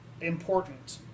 important